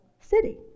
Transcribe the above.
city